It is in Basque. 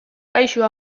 kaixo